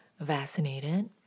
vaccinated